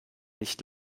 nicht